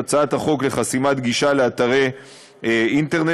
הצעת החוק לחסימת גישה לאתרי אינטרנט,